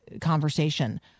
conversation